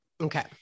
Okay